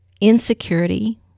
insecurity